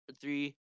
Three